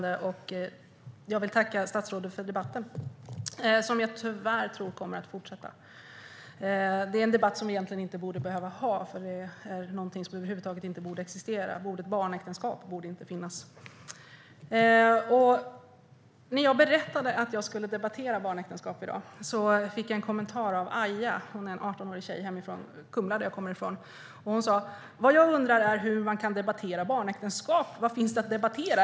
Fru talman! Jag vill tacka statsrådet för debatten, som jag tyvärr tror kommer att fortsätta. Det är en debatt som vi egentligen inte borde behöva ha, för detta är någonting som över huvud taget inte borde existera. Ordet barnäktenskap borde inte finnas. När jag berättade att jag skulle debattera barnäktenskap i dag fick jag en kommentar av Aya - det är en 18-årig tjej från Kumla, som jag kommer ifrån. Hon sa: Vad jag undrar är hur man kan debattera barnäktenskap. Vad finns det att debattera?